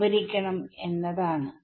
സംഭരിക്കണം എന്നതാണ്